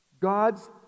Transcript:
God's